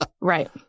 Right